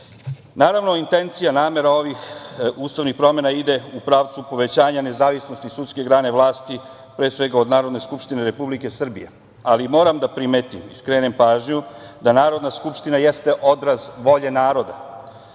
godine. Intencija i namera ovih ustavnih promena ide u pravcu povećanja nezavisnosti sudske grane vlasti, pre svega od Narodne skupštine Republike Srbije. Ali, moram da primetim i skrenem pažnju da Narodna skupština jeste odraz volje naroda,